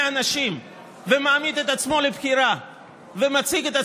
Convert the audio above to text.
אנשים ומעמיד את עצמו לבחירה ומציג את עצמו,